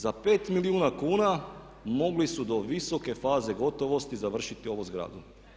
Za pet milijuna kuna mogli su do visoke faze gotovosti završiti ovu zgradu.